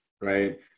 right